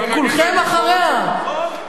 את כולכם אחריה, נכון.